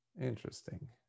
Interesting